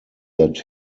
that